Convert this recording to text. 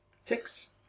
Six